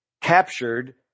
captured